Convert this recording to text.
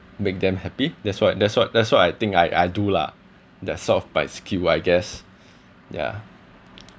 make them happy that's what that's what that's what I think I I do lah that sort of by skill I guess yeah